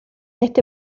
este